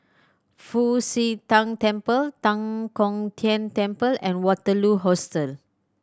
Fu Xi Tang Temple Tan Kong Tian Temple and Waterloo Hostel